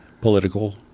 political